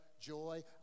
joy